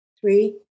three